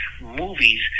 movies